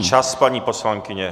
Čas, paní poslankyně.